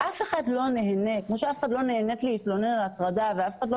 כמו שאף אחת לא נהנית להתלונן על הטרדה ואף אחת לא